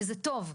וזה טוב,